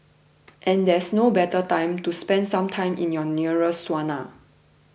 and there is no better time to spend some time in your nearest sauna